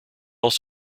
was